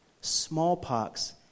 Smallpox